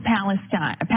Palestine